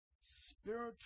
spiritual